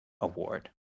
award